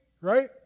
right